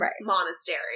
monastery